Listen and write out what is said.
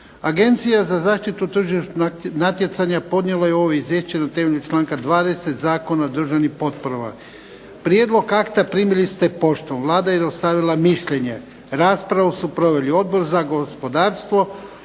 Agencija za zaštitu tržišnog natjecanja podnijelo je ovo izvješće na temelju članka 20. Zakona o državnim potporama. Prijedlog akta primili ste poštom. Vlada je dostavila mišljenje. Raspravu su proveli Odbor za gospodarstvo,